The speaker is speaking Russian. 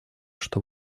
что